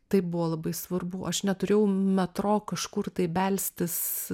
tai buvo labai svarbu aš neturėjau metro kažkur tai belstis